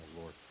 lord